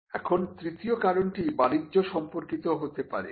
এখন তৃতীয় কারণটি বাণিজ্য সম্পর্কিত হতে পারে